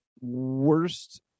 worst